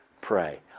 pray